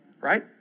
right